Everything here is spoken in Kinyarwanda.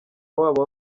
wabo